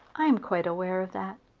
i am quite aware of that,